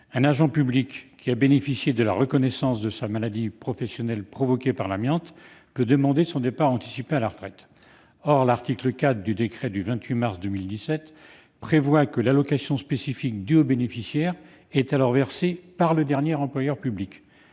Un agent public ayant bénéficié de la reconnaissance de sa maladie professionnelle provoquée par l'amiante peut demander son départ anticipé à la retraite. Or l'article 4 du décret du 28 mars 2017 prévoit que l'allocation spécifique due au bénéficiaire est alors versée par le dernier employeur public.